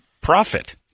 profit